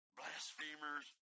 blasphemers